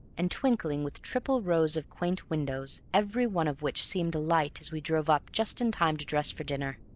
and twinkling with triple rows of quaint windows, every one of which seemed alight as we drove up just in time to dress for dinner.